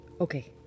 Okay